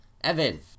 Evan